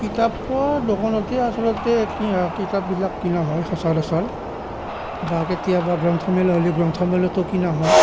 কিতাপৰ দোকানতেই আচলতে কি হয় কিতাপবিলাক কিনা হয় সচৰাচৰ বা কেতিয়াবা গ্ৰন্থমেলা হ'লেও গ্ৰন্থমেলাতো কিনা হয়